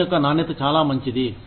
పని యొక్క నాణ్యత చాలా మంచిది